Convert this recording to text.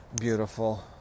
beautiful